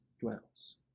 dwells